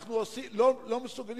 אנחנו אפילו לא מסוגלים